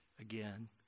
again